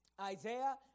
Isaiah